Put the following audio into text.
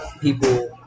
people